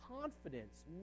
confidence